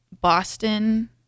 boston